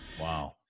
Wow